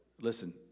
Listen